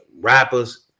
rappers